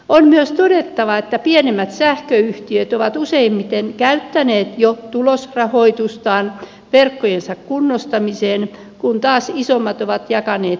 on myös todettava että pienemmät sähköyhtiöt ovat useimmiten käyttäneet jo tulosrahoitustaan verkkojensa kunnostamiseen kun taas isommat ovat jakaneet bonuksia omistajille